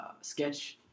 Sketch